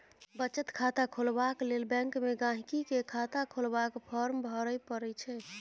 बचत खाता खोलबाक लेल बैंक मे गांहिकी केँ खाता खोलबाक फार्म भरय परय छै